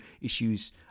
issues